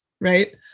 right